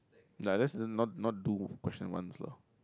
no let's not not do question ones lah